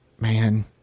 man